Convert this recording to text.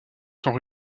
sont